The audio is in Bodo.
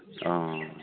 अ